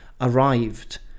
arrived